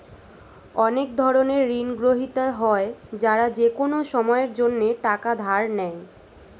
অনেক ধরনের ঋণগ্রহীতা হয় যারা যেকোনো সময়ের জন্যে টাকা ধার নেয়